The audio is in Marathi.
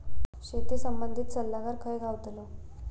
शेती संबंधित सल्लागार खय गावतलो?